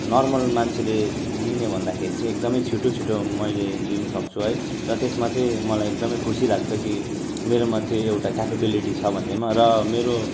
normal मान्छेले लिने भन्दाखेरि चाहिँ एकदमै छिटो छिटो मैले लिनु सक्छु है र त्यसमा चाहिँ मलाई एकदमै खुसी लाग्छ कि मेरोमा त एउटा केपेबिलिटी छ भन्नेमा र मेरो